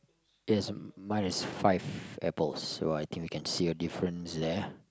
yes mine is five apples so I think we can see a difference there